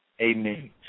Amen